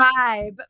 vibe